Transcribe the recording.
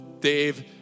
Dave